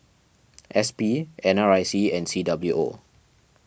S P N R I C and C W O